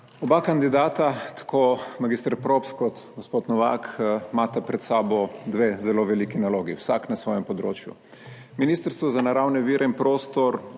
Oba kandidata, tako mag. Props, kot gospod Novak imata pred sabo dve zelo veliki nalogi, vsak na svojem področju. Ministrstvo za naravne vire in prostor